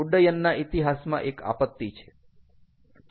ઉડ્ડયનના ઇતિહાસમાં એક આપત્તિ છે